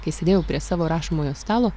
kai sėdėjau prie savo rašomojo stalo